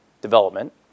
development